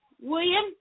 William